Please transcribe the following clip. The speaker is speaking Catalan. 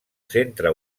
centre